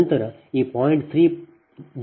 3 ಆಗಿರುತ್ತದೆ ಸರಿ